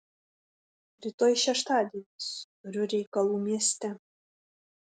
rytoj šeštadienis turiu reikalų mieste